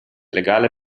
legale